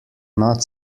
not